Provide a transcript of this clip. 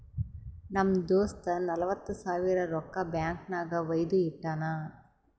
ನಮ್ ದೋಸ್ತ ನಲ್ವತ್ ಸಾವಿರ ರೊಕ್ಕಾ ಬ್ಯಾಂಕ್ ನಾಗ್ ವೈದು ಇಟ್ಟಾನ್